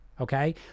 Okay